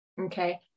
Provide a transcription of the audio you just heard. Okay